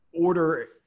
order